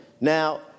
Now